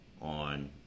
on